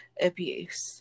abuse